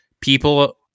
People